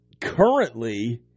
currently